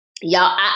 y'all